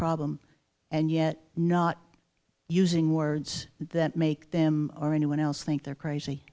problem and yet not using words that make them or anyone else think they're